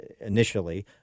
initially